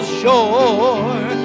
shore